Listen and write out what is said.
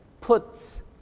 puts